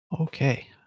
Okay